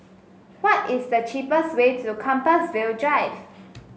why is the cheapest way to Compassvale Drive